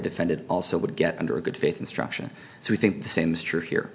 defended also would get under a good faith instruction so we think the same is true here